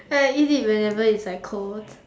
and I eat it whenever it's like cold